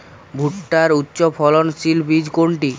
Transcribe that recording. ভূট্টার উচ্চফলনশীল বীজ কোনটি?